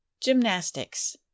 gymnastics